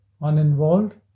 uninvolved